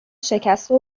شکسته